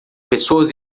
pessoas